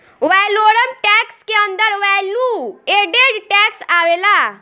valorem tax के अंदर value added tax आवेला